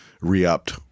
re-upped